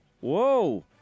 whoa